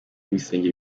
ibisenge